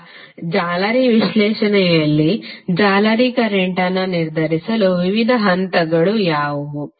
ಈಗ ಜಾಲರಿ ವಿಶ್ಲೇಷಣೆಯಲ್ಲಿ ಜಾಲರಿಯ ಕರೆಂಟ್ ಅನ್ನು ನಿರ್ಧರಿಸಲು ವಿವಿಧ ಹಂತಗಳು ಯಾವುವು